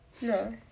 No